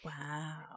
Wow